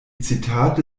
zitate